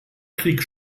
krieg